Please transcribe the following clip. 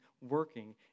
working